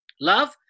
love